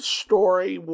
story